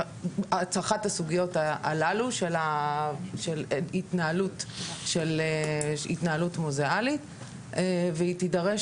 את אחת הסוגיות הללו של התנהלות מוזאלית והיא תידרש